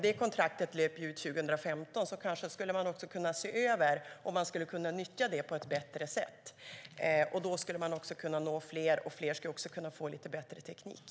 Det kontraktet löper ut 2015. Kanske skulle man kunna se över om man skulle kunna nyttja det på ett bättre sätt? Då skulle man kunna nå fler, och fler skulle kunna få bättre teknik.